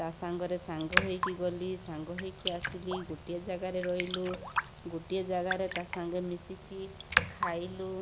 ତା' ସାଙ୍ଗରେ ସାଙ୍ଗ ହୋଇକି ଗଲି ସାଙ୍ଗ ହୋଇକି ଆସିଲି ଗୋଟିଏ ଜାଗାରେ ରହିଲୁ ଗୋଟିଏ ଜାଗାରେ ତା' ସାଙ୍ଗ ମିଶିକି ଖାଇଲୁ